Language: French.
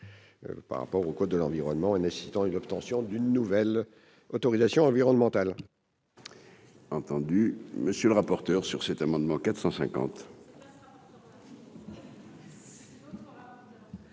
par rapport au code de l'environnement, un incident et l'obtention d'une nouvelle autorisation environnementale.